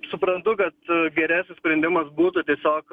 suprantu kad geresnis sprendimas būtų tiesiog